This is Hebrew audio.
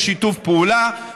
יש שיתוף פעולה.